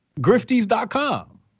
grifties.com